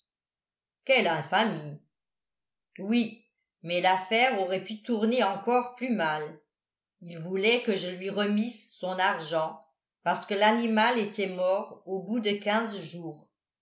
quelle infamie oui mais l'affaire aurait pu tourner encore plus mal il voulait que je lui remisse son argent parce que l'animal était mort au bout de quinze jours